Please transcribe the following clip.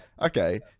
Okay